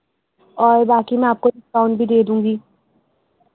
اور باقی میں آپ کو ڈسکاؤنٹ بھی دے دوں گی